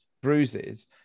bruises